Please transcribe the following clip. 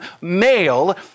male